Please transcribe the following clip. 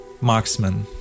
marksman